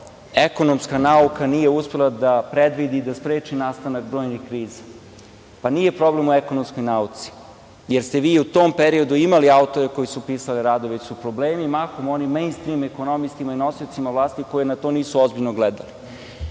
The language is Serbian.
ekonomska nauka nije uspela da predvidi i da spreči nastanak brojnih kriza. Pa, nije problem u ekonomskoj nauci, jer ste vi u tom periodu imali autore koji su pisali radove, već su problemi mahom u onim mejnstrim ekonomistima i nosiocima vlasti koji na to nisu ozbiljno gledali.